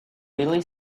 really